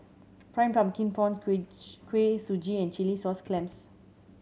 Fried Pumpkin Prawns Kuih Suji and chilli sauce clams